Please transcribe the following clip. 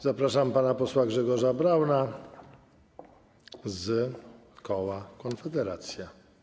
Zapraszam pana posła Grzegorza Brauna z koła Konfederacja.